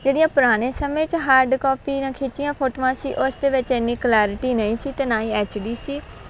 ਜਿਹੜੀਆਂ ਪੁਰਾਣੇ ਸਮੇਂ 'ਚ ਹਾਰਡ ਕਾਪੀ ਨਾਲ ਖਿੱਚੀਆਂ ਫੋਟੋਆਂ ਸੀ ਉਸ ਦੇ ਵਿੱਚ ਇੰਨੀ ਕਲੈਰਟੀ ਨਹੀਂ ਸੀ ਅਤੇ ਨਾ ਹੀ ਐਚਡੀ ਸੀ